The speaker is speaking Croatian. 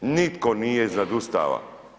Nitko nije iznad Ustava.